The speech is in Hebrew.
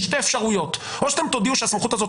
יש שתי אפשרויות: או שאתם תודיעו שהסמיכות הזאת